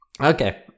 okay